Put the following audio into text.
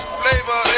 flavor